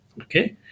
Okay